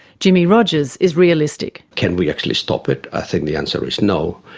jimmie rodgers is realistic. can we actually stop it? i think the answer is no.